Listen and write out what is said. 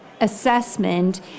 assessment